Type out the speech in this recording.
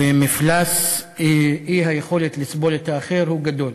ומפלס האי-יכולת לסבול את האחר הוא גדול.